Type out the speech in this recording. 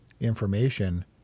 information